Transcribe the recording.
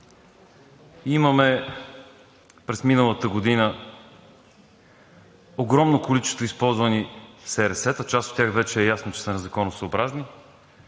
имаме през миналата година огромно количество използвани СРС-та – част от тях вече е ясно, че са незаконосъобразни